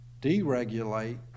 deregulate